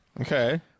Okay